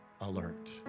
alert